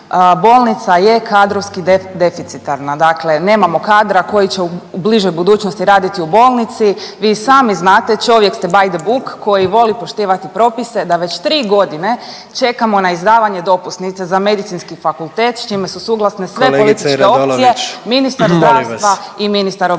bolnica je kadrovski deficitarna, dakle nemamo kadra koji će u bližoj budućnosti raditi u bolnici, vi i sami znate, čovjek ste, by the book, koji voli poštivati propise, da već 3 godine čekamo na izdavanje dopusnice za medicinski fakultet s čime su suglasne sve .../Upadica: Kolegice Radolović./...